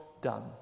done